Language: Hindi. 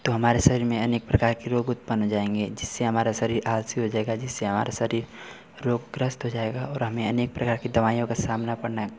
तो हमारे शरीर में अनेक प्रकार के रोग उत्पन्न हो जाएंगे जिससे हमारा शरीर आलसी हो जाएगा जिससे हमारा शरीर रोगग्रस्त हो जाएगा और हमें अनेक प्रकार की दवाइयों का सामना पड़ना